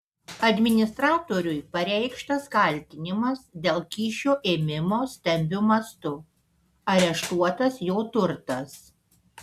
administratoriui pareikštas kaltinimas dėl kyšio ėmimo stambiu mastu areštuotas jo turtas